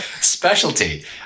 specialty